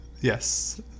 Yes